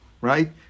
right